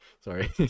Sorry